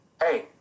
hey